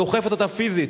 דוחפת אותה פיזית.